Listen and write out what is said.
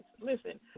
Listen